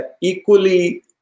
equally